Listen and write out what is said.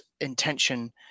intention